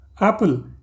Apple